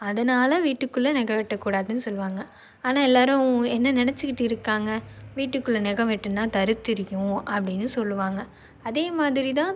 அதனால வீட்டுக்குள்ளே நகம் வெட்டக்கூடாதுனு சொல்லுவாங்க ஆனால் எல்லோரும் என்ன நினச்சிக்கிட்டு இருக்காங்க வீட்டுக்குள்ளே நகம் வெட்டினா தருத்திரியம் அப்படின்னு சொல்லுவாங்க அதே மாதிரி தான்